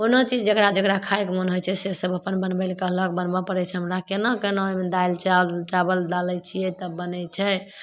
कोनो चीज जकरा जकरा खाइके मोन होइ छै सेसब अपन बनबैलए कहलक बनबऽ पड़ै छै हमराके कोना कोना दालि चावल डालै छिए तब बनै छै